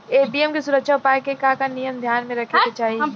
ATM के सुरक्षा उपाय के का का नियम ध्यान में रखे के चाहीं?